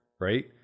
right